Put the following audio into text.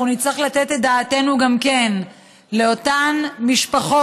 אנחנו נצטרך לתת את דעתנו גם על אותן משפחות